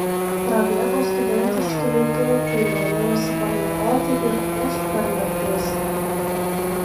prabėgo studentiški laikai kai norėjosi pamiegoti ir ūžt per naktis